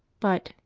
but,